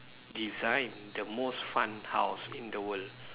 design the most fun house in the world